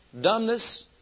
dumbness